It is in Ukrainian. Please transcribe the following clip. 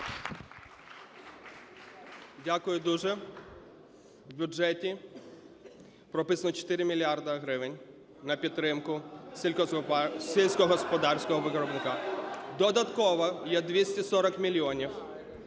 Дякую дуже. В бюджеті прописано 4 мільярди гривень на підтримку сільськогосподарського виробника. Додатково є 240 мільйонів